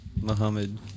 Muhammad